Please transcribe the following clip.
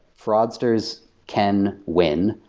fraudsters can win,